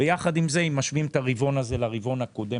ואם משווים את הרבעון הזה לרבעון הקודם